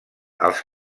als